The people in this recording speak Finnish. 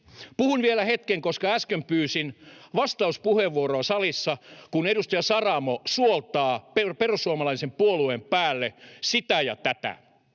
Puhun vielä hetken, koska äsken pyysin vastauspuheenvuoroa salissa, kun edustaja Saramo suoltaa perussuomalaisen puolueen päälle sitä ja tätä,